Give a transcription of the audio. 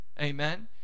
Amen